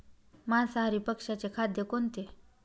मांसाहारी पक्ष्याचे खाद्य कोणते?